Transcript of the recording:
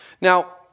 Now